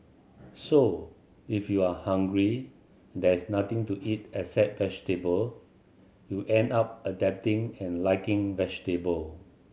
so if you are hungry there is nothing to eat except vegetable you end up adapting and liking vegetable